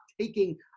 taking